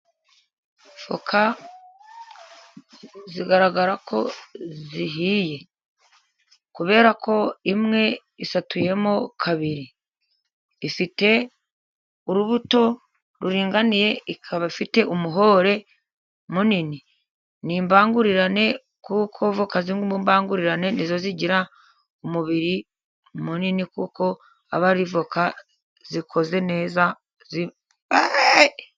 Voka zigaragara ko zihiye kubera ko imwe isatuyemo kabiri, ifite urubuto ruringaniye ikaba ifite umuhore munini. Ni imbangurirane kuko voka zimbangurirane nizo zigira umubiri munini kuko aba ari voka zikoze neza.